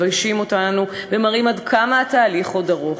מביישים אותנו ומראים עד כמה התהליך עוד ארוך.